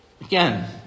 Again